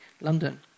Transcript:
London